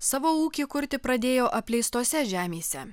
savo ūkį kurti pradėjo apleistose žemėse